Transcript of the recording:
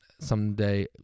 someday